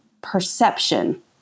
perception